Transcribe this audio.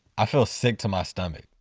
i feel sick to my stomach.